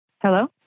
Hello